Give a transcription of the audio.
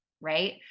right